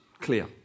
clear